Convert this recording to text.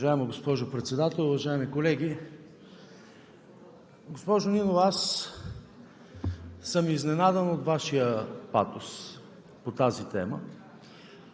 Уважаеми господин Председател, уважаеми колеги! Госпожо Нинова, изненадан съм от Вашия патос по тази тема